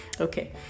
Okay